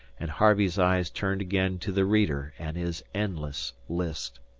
and harvey's eyes turned again to the reader and his endless list.